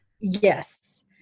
Yes